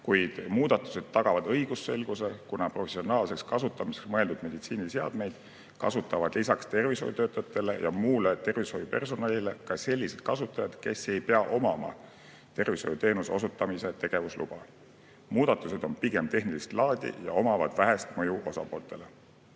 kuid muudatused tagavad õigusselguse, kuna professionaalseks kasutamiseks mõeldud meditsiiniseadmeid kasutavad lisaks tervishoiutöötajatele ja muule tervishoiupersonalile ka sellised kasutajad, kes ei pea omama tervishoiuteenuse osutaja tegevusluba. Muudatused on pigem tehnilist laadi ja omavad osapooltele